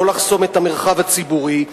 לא לחסום את המרחב הציבורי,